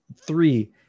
three